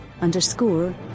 underscore